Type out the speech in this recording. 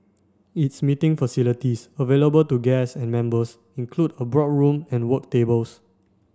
its meeting facilities available to guests and members include a boardroom and work tables